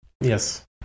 Yes